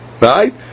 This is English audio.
Right